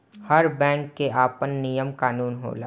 हर bank कअ आपन नियम कानून होला